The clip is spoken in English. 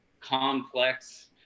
complex